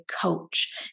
coach